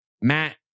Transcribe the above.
Matt